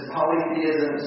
Polytheism